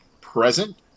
present